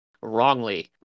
wrongly